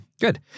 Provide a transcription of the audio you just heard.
Good